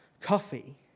coffee